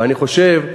ואני חושב,